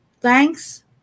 thanks